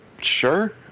Sure